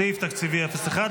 סעיף תקציבי 01,